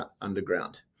underground